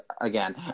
again